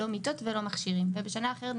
גם את סעיף 9 צריך לזכור וצריך גם